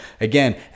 Again